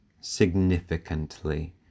significantly